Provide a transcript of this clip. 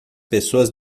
pessoas